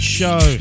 show